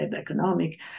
economic